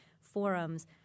forums –